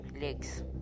legs